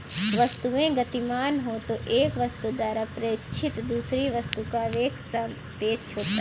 वस्तुएं गतिमान हो तो एक वस्तु द्वारा प्रेक्षित दूसरे वस्तु का वेग सापेक्ष में होता है